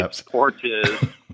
porches